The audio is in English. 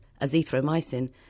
azithromycin